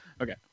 Okay